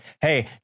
hey